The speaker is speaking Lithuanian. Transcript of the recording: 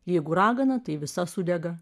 jeigu ragana tai visa sudega